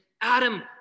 Adam